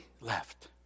left